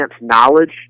knowledge